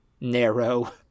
narrow